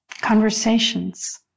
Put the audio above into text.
conversations